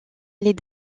les